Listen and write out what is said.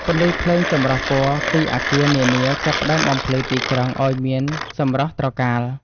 ពន្លឺភ្លើងចម្រុះពណ៌ពីអគារនានាចាប់ផ្ដើមបំភ្លឺទីក្រុងឱ្យមានសម្រស់ត្រកាល។